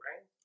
right